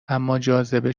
اماجاذبه